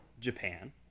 Japan